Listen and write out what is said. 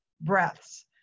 breaths